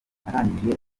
arangije